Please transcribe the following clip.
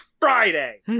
Friday